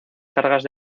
cargas